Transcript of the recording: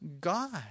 God